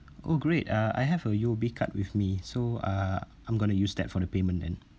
oh great uh I have a U_O_B card with me so uh I'm going to use that for the payment then